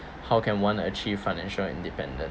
how can one achieve financial independence